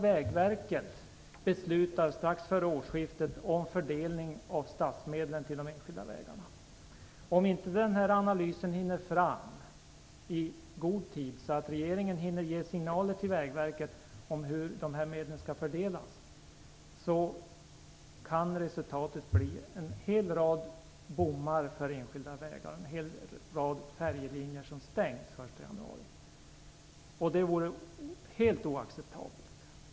Vägverket beslutar strax före årsskiftet om fördelning av statsmedlen till de enskilda vägarna. Om analysen inte görs färdig i god tid, så att regeringen hinner ge signaler till Vägverket om hur medlen skall fördelas, kan resultatet bli att en hel rad enskilda vägar bommas för och att ett antal färjelinjer stängs den 1 januari. Det vore helt oacceptabelt.